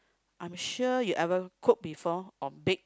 I'm sure you ever cook before or bake